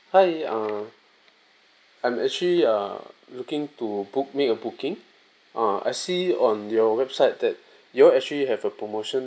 hi uh I'm actually uh looking to book make a booking uh I see on your website that you all actually have a promotion